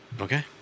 Okay